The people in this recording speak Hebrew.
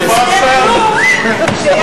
רק סגן השר לענייני כלום, שיש עתיד,